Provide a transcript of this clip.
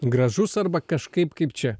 gražus arba kažkaip kaip čia